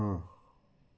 ਹਾਂ